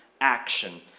action